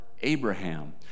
Abraham